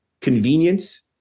convenience